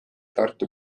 tartu